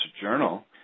journal